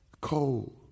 cold